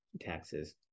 taxes